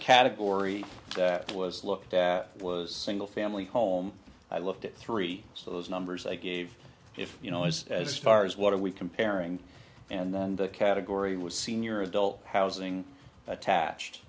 category that was looked at was single family home i looked at three so those numbers i gave if you know is as far as what are we comparing and then the category was senior adult housing attached